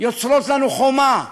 יוצרות לנו חומה.